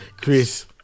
Chris